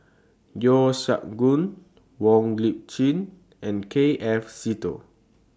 Yeo Siak Goon Wong Lip Chin and K F Seetoh